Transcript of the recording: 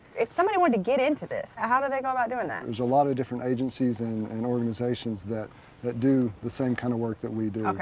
if somebody were to get into this, how do they go about doing that? there's a lot of different agencies and and organizations that that do the same kind of work that we do.